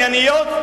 הענייניות,